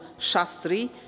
Shastri